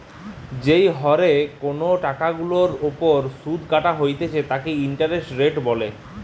যেই হরে কোনো টাকার ওপর শুধ কাটা হইতেছে তাকে ইন্টারেস্ট রেট বলে